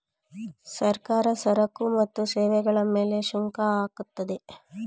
ಸರ್ಕಾರ ಸರಕು ಮತ್ತು ಸೇವೆಗಳ ಮೇಲೆ ಸುಂಕ ಹಾಕುತ್ತದೆ